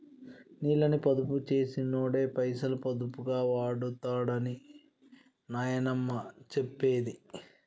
నీళ్ళని పొదుపు చేసినోడే పైసలు పొదుపుగా వాడుతడని నాయనమ్మ చెప్పేది